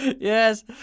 Yes